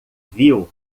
viu